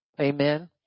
Amen